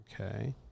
Okay